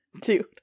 Dude